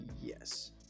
yes